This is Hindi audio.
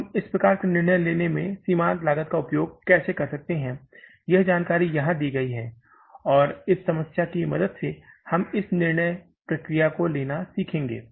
तो हम इस प्रकार के निर्णय लेने में सीमांत लागत का उपयोग कैसे कर सकते हैं यह जानकारी यहाँ दी गई है और इस समस्या की मदद से हम इस निर्णय प्रक्रिया को लेना सीखेंगे